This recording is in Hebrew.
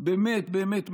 באמת באמת,